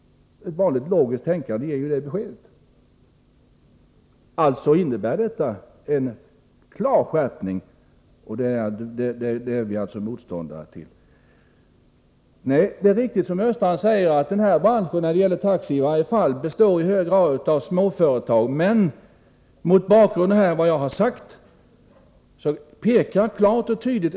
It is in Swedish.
Ett vanligt logiskt tänkande ger detta besked. Alltså innebär detta förslag en klar skärpning, vilket vi är motståndare till. Det är riktigt som Olle Östrand säger att denna bransch i hög grad består av små företag.